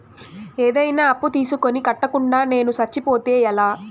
ఏదైనా అప్పు తీసుకొని కట్టకుండా నేను సచ్చిపోతే ఎలా